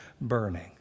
burning